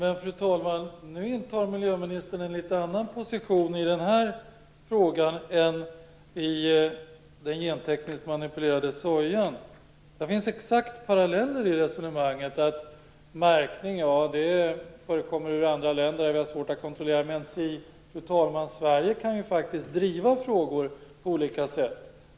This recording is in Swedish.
Fru talman! Nu intar miljöministern en litet annan position i den här frågan än när det gäller gentekniskt manipulerad soja. Det finns exakta paralleller i resonemanget om att märkning förekommer i andra länder och att vi har svårt att kontrollera det. Men, fru talman, Sverige kan ju faktiskt driva frågor på olika sätt.